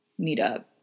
meetup